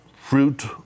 fruit